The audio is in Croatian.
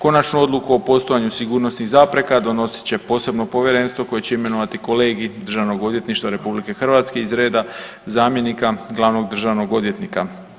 Konačnu odluku o postojanju sigurnosnih zapreka donosit će posebno povjerenstvo koje će imenovati kolegij Državnog odvjetništva RH iz reda zamjenika glavnog državnog odvjetnika.